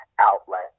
outlet